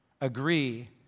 agree